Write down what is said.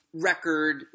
record